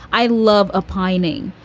i love opining,